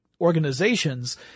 organizations